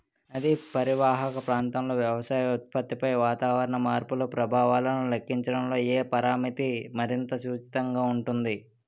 నదీ పరీవాహక ప్రాంతంలో వ్యవసాయ ఉత్పత్తిపై వాతావరణ మార్పుల ప్రభావాలను లెక్కించడంలో ఏ పరామితి మరింత సముచితంగా ఉంటుంది?